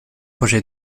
projet